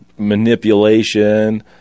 manipulation